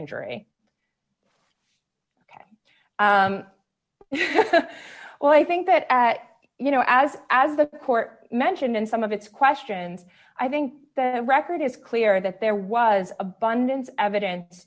injury well i think that at you know as as the court mentioned in some of its questions i think the record is clear that there was abundant evidence